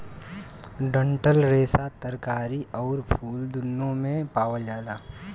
डंठल रेसा तरकारी आउर फल दून्नो में पावल जाला